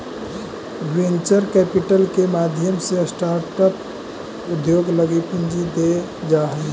venture capital के माध्यम से स्टार्टअप उद्योग लगी पूंजी देल जा हई